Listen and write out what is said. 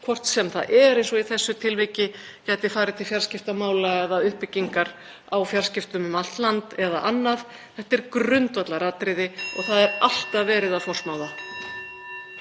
hvort sem það gæti farið, eins og í þessu tilviki, til fjarskiptamála eða uppbyggingar á fjarskiptum um allt land eða í annað. Þetta er grundvallaratriði og það er alltaf verið að forsmá